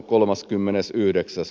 kansallispuisto